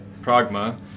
pragma